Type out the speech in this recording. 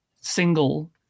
single